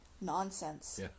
nonsense